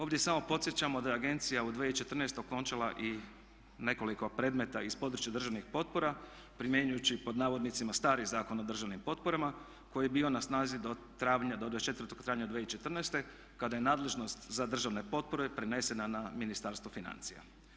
Ovdje samo podsjećamo da je agencija u 2014. okončala i nekoliko predmeta iz područja državnih potpora primjenjujući pod navodnicima "stari" Zakon o državnim potporama koji je bio na snazi do 24. travnja 2014. kada je nadležnost za državne potpore prenesena na Ministarstvo financija.